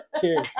Cheers